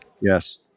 Yes